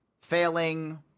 failing